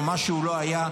או מה שהוא לא היה,